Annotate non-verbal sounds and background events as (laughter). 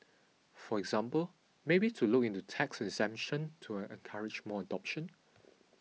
for example maybe to look into tax exemption to encourage more adoption (noise)